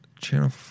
channel